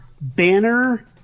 banner